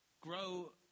grow